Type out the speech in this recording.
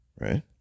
right